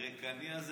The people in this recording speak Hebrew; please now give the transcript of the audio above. הריקני הזה,